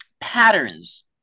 patterns